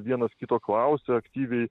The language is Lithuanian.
vienas kito klausia aktyviai